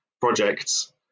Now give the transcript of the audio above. projects